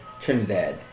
Trinidad